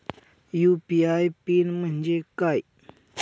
UPI PIN म्हणजे काय?